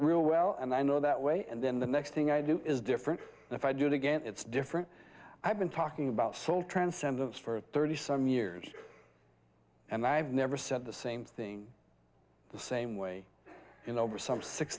real well and i know that way and then the next thing i do is different and if i do it again it's different i've been talking about soul transcendence for thirty some years and i've never said the same thing the same way in over some six